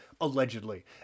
allegedly